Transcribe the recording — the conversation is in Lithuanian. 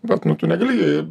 bet nu tu negali